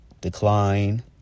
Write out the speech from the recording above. decline